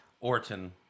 Orton